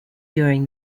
during